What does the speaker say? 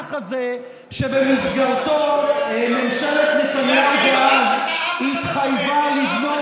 למהלך הזה שבמסגרתו ממשלת נתניהו דאז התחייבה לבנות